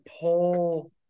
pull